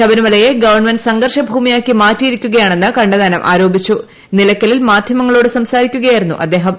ശബരിമലയെ ഗവൺമെന്റ് സംഘർഷ ഭൂമിയാക്കി മാറ്റിയിരിക്കുകയാണെന്ന് കണ്ണന്താനം ആരോപിച്ചു നിലയ്ക്കലിൽ മാധ്യമങ്ങളോട് സംസാരിക്കുകായിരുന്നു അദ്ദേഹം